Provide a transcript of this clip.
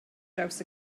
draws